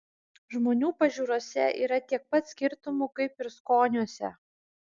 žmonių pažiūrose yra tiek pat skirtumų kaip ir skoniuose